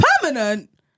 permanent